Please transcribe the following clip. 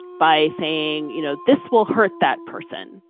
by saying you know this will hurt that person.